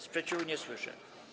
Sprzeciwu nie słyszę.